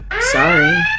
sorry